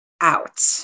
out